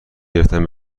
گرفتم